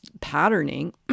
patterning